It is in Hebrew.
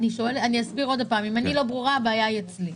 אם אני לא ברורה, הבעיה היא אצלי.